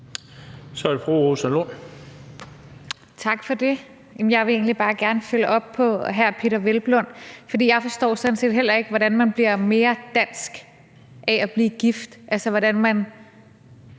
Kl. 20:10 Rosa Lund (EL): Tak for det. Jeg vil egentlig bare gerne følge op på hr. Peder Hvelplund, for jeg forstår sådan set heller ikke, hvordan man bliver mere dansk af at blive gift, altså hvordan man